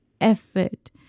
effort